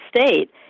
state